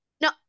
No